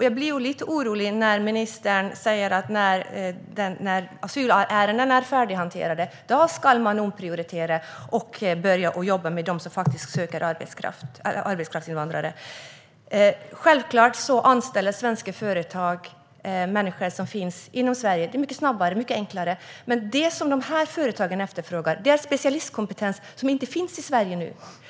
Jag blir lite orolig när ministern säger att först när asylärendena är färdighanterade ska man omprioritera och börja jobba med arbetskraftsinvandrare. Självklart anställer svenska företag människor som finns inom Sverige. Det är mycket snabbare och mycket enklare. Men det dessa företag efterfrågar är specialistkompetens som inte finns i Sverige nu.